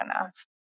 enough